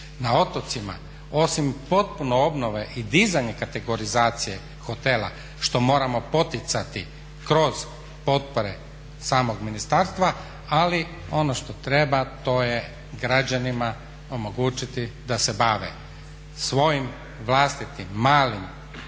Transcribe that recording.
na otocima osim potpune obnove i dizanja kategorizacije hotela što moramo poticati kroz potpore samog ministarstva ali ono što treba to je građanima omogućiti da se bave svojim vlastitim malim